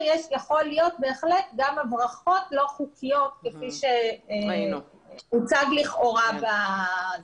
יכולות להיות גם הברחות לא חוקיות כפי שהוצג לכאורה כאן.